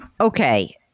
Okay